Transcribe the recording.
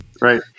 Right